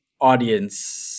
audience